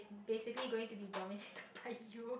basically going to be dominical by you